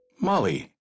Molly